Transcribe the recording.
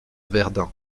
verdun